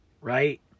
right